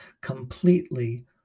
completely